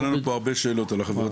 עלו כאן הרבה שאלות לגבי החברות